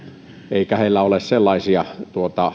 eikä heillä ole sellaisia